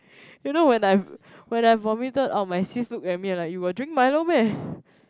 you know when I when I vomited out my sis look at me and like you got drink Milo meh